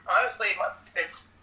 honestly—it's